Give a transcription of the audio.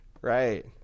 Right